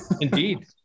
Indeed